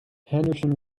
henderson